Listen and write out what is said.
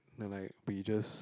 you know like bridges